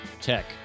tech